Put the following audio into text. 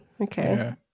Okay